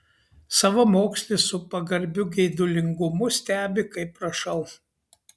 savamokslis su pagarbiu geidulingumu stebi kaip rašau